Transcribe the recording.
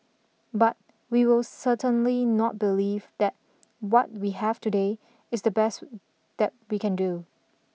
but we will certainly not believe that what we have today is the best that we can do